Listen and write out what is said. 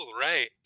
right